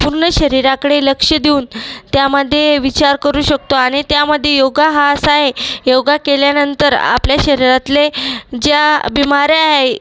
पूर्ण शरीराकडे लक्ष देऊन त्यामध्ये विचार करू शकतो आणि त्यामध्ये योगा हा असा आहे योगा केल्यानंतर आपल्या शरीरातले ज्या बिमाऱ्या आहे